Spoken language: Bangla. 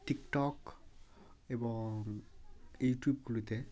টিকটক এবং ইউটিউবগুলিতে